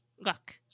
look